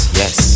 yes